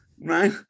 right